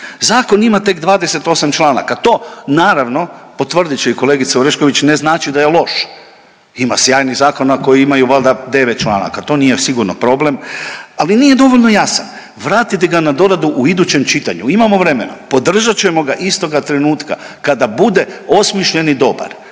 Zakon ima tek 28 članaka. To naravno potvrdit će i kolegica Orešković ne znači da je loš. Ima sjajnih zakona koji imaju valjda 9 članaka. To nije sigurno problem, ali nije dovoljno jasan. Vratite ga na doradu u idućem čitanju, imamo vremena. Podržat ćemo ga istoga trenutka kada bude osmišljen i dobar.